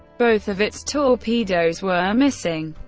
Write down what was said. both of its torpedoes were missing.